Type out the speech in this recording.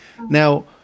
Now